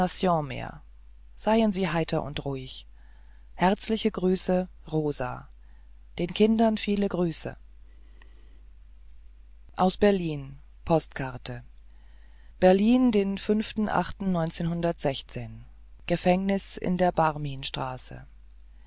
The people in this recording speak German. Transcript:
seien sie heiter und ruhig herzliche grüße rosa den kindern viele grüße aus berlin postkarte berlin den gefängnis in der